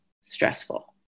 stressful